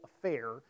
affair